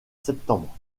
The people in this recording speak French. septembre